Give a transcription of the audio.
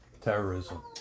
terrorism